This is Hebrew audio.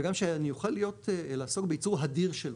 וגם שאני אוכל לעסוק בייצור הדיר שלו,